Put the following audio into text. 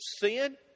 sin